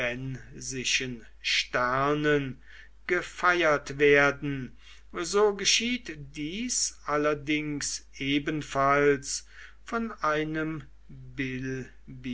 sternen gefeiert werden so geschieht dies allerdings ebenfalls von einem